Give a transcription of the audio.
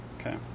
Okay